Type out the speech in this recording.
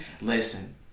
listen